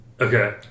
Okay